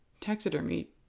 taxidermy